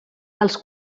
dels